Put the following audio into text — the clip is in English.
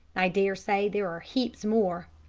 i dare say there are heaps more.